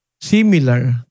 similar